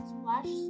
Splash